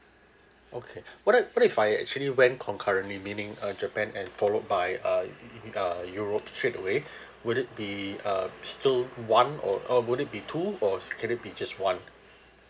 okay what if what if I actually went concurrently meaning uh japan and followed by uh eu~ eu~ uh europe straightaway would it be uh still one or or would it be two or can it be just one